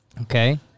Okay